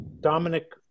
Dominic